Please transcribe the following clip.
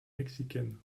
mexicaine